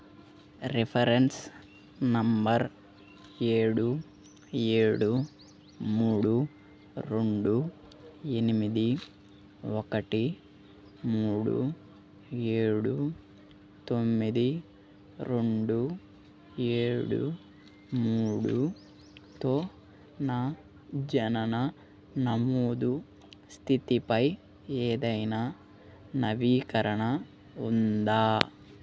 reference number ఏడు ఏడు మూడు రెండు ఎనిమిది ఒకటి మూడు ఏడు తొమ్మిది రెండు ఏడు మూడుతో నా జనన నమోదు స్థితిపై ఏదైనా నవీకరణ ఉందా